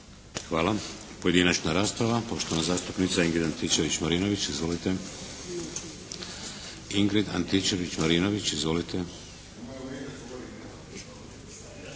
Hvala. Pojedinačna rasprava. Poštovana zastupnica Ingrid Antičević Marinović. Izvolite. Ingrid Antičević Marinović. Izvolite.